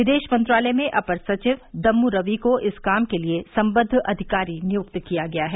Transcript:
विदेश मंत्रालय में अपर सचिव दम्मू रवि को इस काम के लिए संबद्व अधिकारी नियुक्त किया गया है